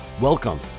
Welcome